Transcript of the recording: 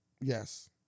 Yes